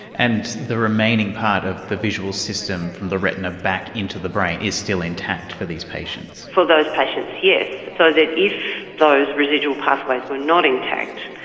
and the remaining part of the visual system from the retina back into the brain is still intact for these patients. for those patients, yes, so that if those residual pathways were not intact,